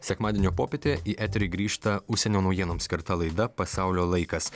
sekmadienio popietę į eterį grįžta užsienio naujienoms skirta laida pasaulio laikas